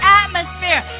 atmosphere